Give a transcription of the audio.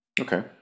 Okay